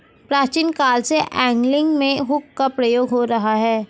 प्राचीन काल से एंगलिंग में हुक का प्रयोग हो रहा है